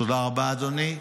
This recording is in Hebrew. תודה רבה, אדוני.